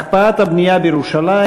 הקפאת הבנייה בירושלים.